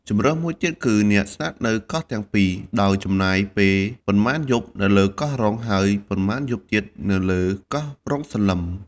ជម្រើសមួយទៀតគឺ ស្នាក់នៅកោះទាំងពីរ ដោយចំណាយពេលប៉ុន្មានយប់នៅលើកោះរ៉ុង ហើយប៉ុន្មានយប់ទៀតនៅលើកោះរ៉ុងសន្លឹម។